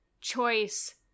choice